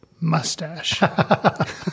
mustache